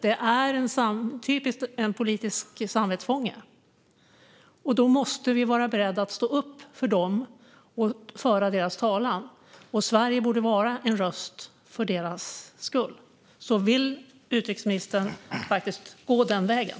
Han är en typisk politisk samvetsfånge, och vi måste vara beredda att stå upp för politiska samvetsfångar och föra deras talan. Sverige borde vara en röst för deras skull. Vill utrikesministern faktiskt gå den vägen?